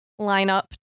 lineup